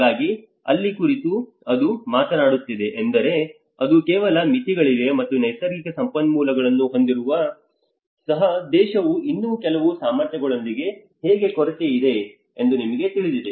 ಹಾಗಾಗಿ ಅಲ್ಲಿ ಕುರಿತು ಅದು ಮಾತನಾಡುತ್ತಿದೆ ಎಂದರೆ ಅದು ಕೆಲವು ಮಿತಿಗಳಿವೆ ಮತ್ತು ನೈಸರ್ಗಿಕ ಸಂಪನ್ಮೂಲಗಳನ್ನು ಹೊಂದಿದ್ದರೂ ಸಹ ದೇಶವು ಇನ್ನೂ ಕೆಲವು ಸಾಮರ್ಥ್ಯಗಳೊಂದಿಗೆ ಹೇಗೆ ಕೊರತೆಯಿದೆ ಎಂದು ನಿಮಗೆ ತಿಳಿದಿದೆ